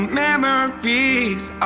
memories